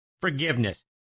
forgiveness